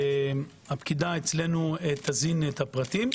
הפקידה אצלנו תזין את הפרטים,